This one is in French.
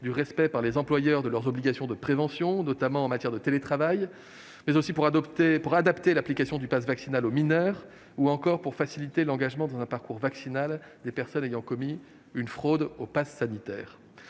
du respect par les employeurs de leurs obligations de prévention, notamment en matière de télétravail ; pour adapter l'application du passe vaccinal aux mineurs ou encore pour faciliter l'engagement dans un parcours vaccinal des personnes ayant commis une fraude au passe sanitaire.